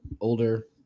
older